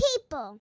people